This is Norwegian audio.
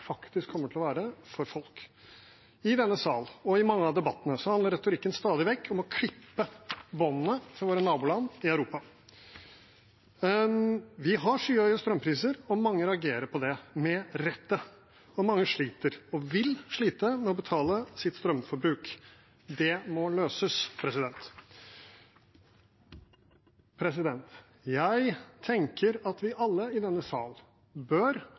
faktisk kommer til å være for folk. I denne sal og i mange av debattene handler retorikken stadig vekk om å klippe båndene til våre naboland i Europa. Vi har skyhøye strømpriser, og mange reagerer på det – med rette. Mange sliter, og vil slite, med å betale for sitt strømforbruk. Det må løses. Jeg tenker at vi alle i denne sal bør